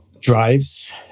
drives